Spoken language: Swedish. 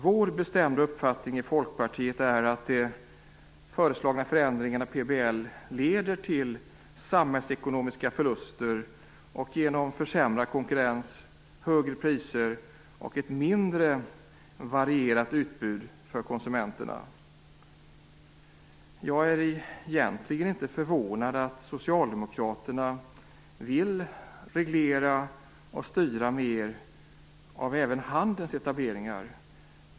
Vår bestämda uppfattning i Folkpartiet är att de föreslagna förändringarna i PBL leder till samhällsekonomiska förluster, och genom försämrad konkurrens högre priser och ett mindre varierat utbud för konsumenterna. Jag är egentligen inte förvånad att Socialdemokraterna vill reglera och styra mer av även handelns etableringar.